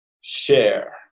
share